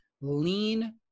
lean-